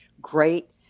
great